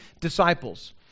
disciples